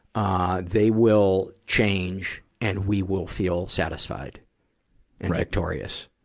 ah, they will change and we will feel satisfied and victorious.